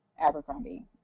Abercrombie